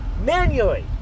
Manually